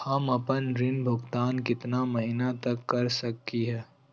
हम आपन ऋण भुगतान कितना महीना तक कर सक ही?